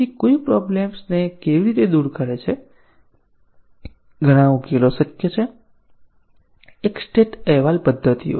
કોઈ આ પ્રોબ્લેમને કેવી રીતે દૂર કરે છે ઘણા ઉકેલો શક્ય છે એક સ્ટેટ અહેવાલ પદ્ધતિઓ છે